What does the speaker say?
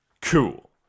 cool